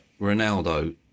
Ronaldo